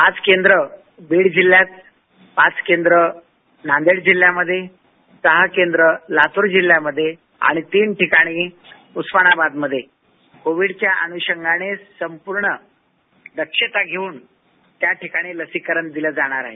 पाच केंद्र बीड जिल्ह्यात पाच केंद्र नांदेड जिल्ह्यामध्ये सहा केंद्र लातूर जिल्ह्यामध्ये आणि तीन ठिकाणी उस्मानाबादमध्ये कोविडच्या अनृषंगानं संपूर्ण दक्षता घेवून त्याठिकाणी लसीकरण दिलं जाणार आहे